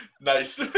Nice